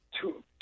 two